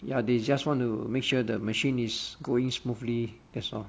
ya they just want to make sure the machine is going smoothly that's all